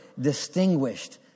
distinguished